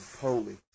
holy